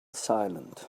silent